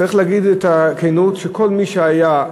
צריך להגיד בכנות שכל מי שהיה,